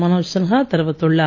மனோஜ் சின்ஹா தெரிவித்துள்ளார்